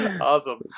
Awesome